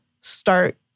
start